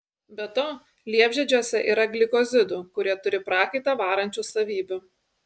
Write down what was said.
be to liepžiedžiuose yra glikozidų kurie turi prakaitą varančių savybių